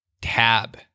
Tab